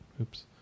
Oops